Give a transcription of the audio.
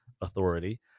authority